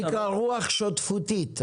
זה נקרא רוח שותפתית.